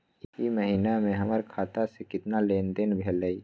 ई महीना में हमर खाता से केतना लेनदेन भेलइ?